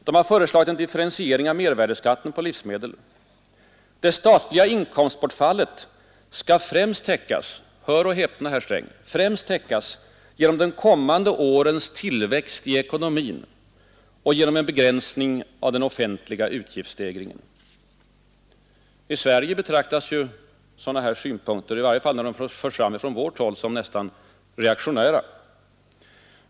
De har föreslagit en differentiering av mervärdeskatten på livsmedel. Det statliga inkomstbortfallet skall främst täckas — hör och häpna, herr Sträng — genom de kommande årens tillväxt i ekonomin och genom en begränsning av den offentliga utgiftsstegringen. I Sverige betraktas sådana synpunkter, i varje fall när de förs fram från vårt håll, som nära nog reaktionära.